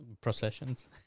Processions